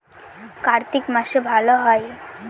কার্তিক মাসে ভালো হয়?